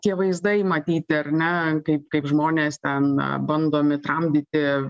tie vaizdai matyti ar ne kaip kaip žmonės ten bandomi tramdyti